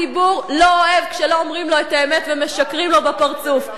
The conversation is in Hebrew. הציבור לא אוהב כשלא אומרים לו את האמת ומשקרים לו בפרצוף.